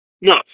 no